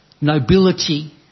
nobility